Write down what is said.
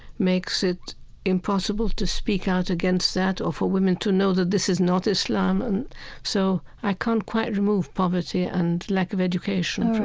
makes it impossible to speak out against that or for women to know that this is not islam. and so i can't quite remove poverty and lack of education from,